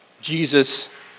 Jesus